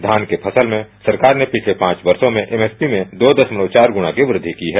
धान की फसल में सरकार ने पिछले पांच वर्षो में एमएसपी में दो दशमलव चार गुणा की वृद्धि की है